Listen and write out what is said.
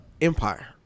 Empire